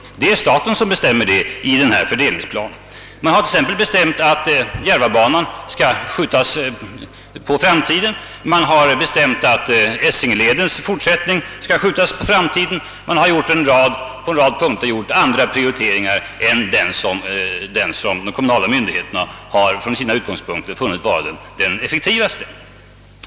Nej, det är staten som bestämmer det enligt denna fördelningsplan. Man har t.ex. bestämt att järvabanan skall skjutas på framtiden och detsamma med Essingeledens fortsättning norrut. Man har på en rad punkter gjort en annan prioritering än den som de kommunala myndigheterna från sina utgångspunkter funnit vara den effektivaste.